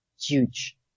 Huge